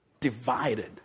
divided